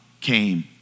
came